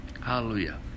Hallelujah